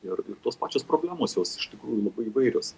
ir tos pačios problemos jos iš tikrųjų labai įvairios